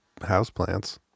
houseplants